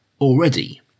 already